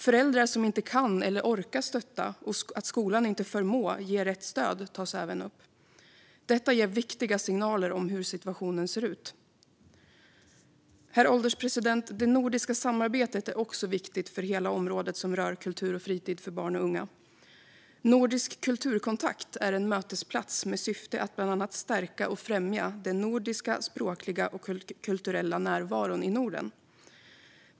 Föräldrar som inte kan eller orkar stötta och att skolan inte förmår ge rätt stöd tas även upp. Detta ger viktiga signaler om hur situationen ser ut. Herr ålderspresident! Det nordiska samarbetet är också viktigt för hela området som rör kultur och fritid för barn och unga. Nordisk kulturkontakt är en mötesplats med syfte att bland annat stärka och främja den nordiska språkliga och kulturella närvaron i Norden.